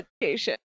education